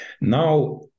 Now